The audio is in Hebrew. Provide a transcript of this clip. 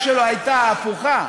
הייתה הפוכה: